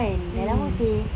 kan dah lama seh